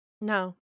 no